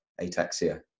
ataxia